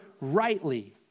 rightly